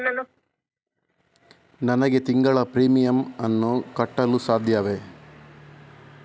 ನನಗೆ ತಿಂಗಳ ಪ್ರೀಮಿಯಮ್ ಅನ್ನು ಕಟ್ಟಲು ಸಾಧ್ಯವೇ?